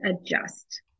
adjust